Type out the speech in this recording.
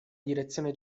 direzione